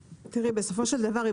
בסופו של דבר,